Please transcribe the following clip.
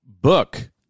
book